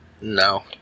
no